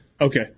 okay